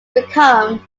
become